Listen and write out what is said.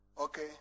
Okay